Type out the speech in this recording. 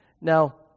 Now